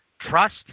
trust